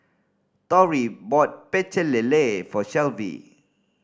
Torrie bought Pecel Lele for Shelvie